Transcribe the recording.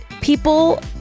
people